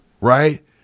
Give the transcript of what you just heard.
Right